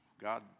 God